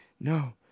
No